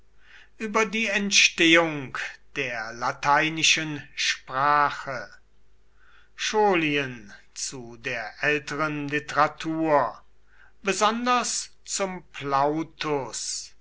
über die entstehung der lateinischen sprache scholien zu der älteren literatur besonders zum plautus